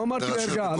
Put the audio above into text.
לא אמרתי בערגה.